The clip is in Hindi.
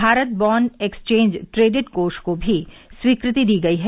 भारत बॉण्ड एक्सचेंज ट्रेडेड कोष को भी स्वीकृति दी गई है